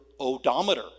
odometer